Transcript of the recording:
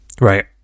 Right